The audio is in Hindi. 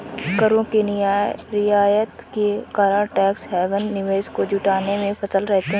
करों के रियायत के कारण टैक्स हैवन निवेश को जुटाने में सफल रहते हैं